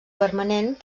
permanent